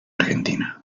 argentina